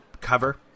cover